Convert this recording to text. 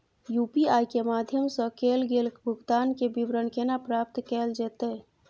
UPI के माध्यम सं कैल गेल भुगतान, के विवरण केना प्राप्त कैल जेतै?